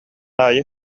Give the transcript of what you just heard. аайы